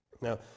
Now